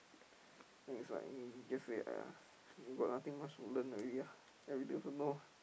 then is like he just say !aiya! you got nothing much to learn already ah everything also know